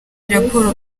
raporo